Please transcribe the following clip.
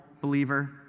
believer